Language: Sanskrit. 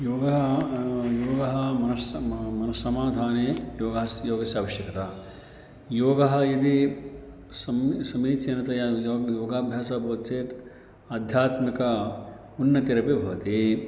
योगः नाम योगः मनस् मनस्समाधाने योगास्य योगस्य अवश्यकता योगः यदि सम् समीचीनतया योग योगाभ्यासः भवति चेत् आध्यात्मिक उन्नतिरपि भवति